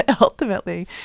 ultimately